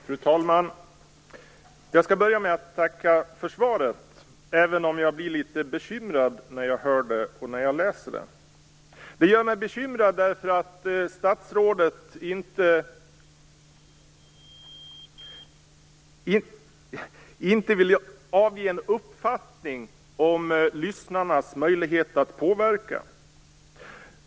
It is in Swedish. Fru talman! Jag skall börja med att tacka för svaret, även om jag blir litet bekymrad när jag hör det och när jag läser det. Det gör mig bekymrad därför att statsrådet inte vill avge en uppfattning om lyssnarnas möjlighet att påverka.